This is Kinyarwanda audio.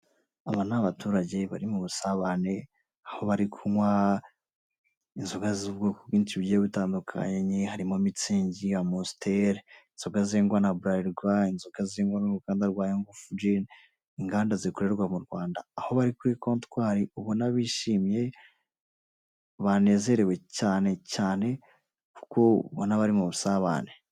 Aba ni abaturage bari mu busabane aho bari kunywa inzoga z'ubwoko bwinshi bugiye butandukanye harimo Mutzig, Amstel inzoga zengwa na BLARIRWA, inzoga zengwa n'uruganda rwa Ngufu Gin inganda zikorerwa mu Rwanda, aho bari kuri kontwari ubona bishimye banezerewe cyane cyane kuko ubona bari mu busabane.